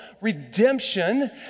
redemption